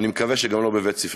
ואני מקווה שגם לא בבית-ספרכם.